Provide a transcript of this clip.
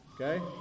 Okay